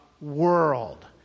world